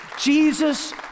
Jesus